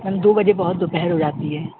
میم دو بجے بہت دوپہر ہو جاتی ہے